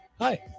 hi